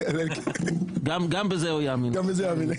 גם בזה הוא יאמין לך.